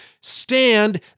stand